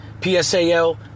PSAL